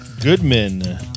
Goodman